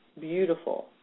beautiful